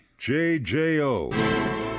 JJO